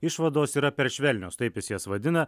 išvados yra per švelnios taip jis jas vadina